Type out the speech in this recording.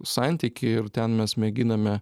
santykį ir ten mes mėginame